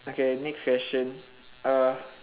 okay next question uh